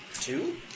Two